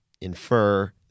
infer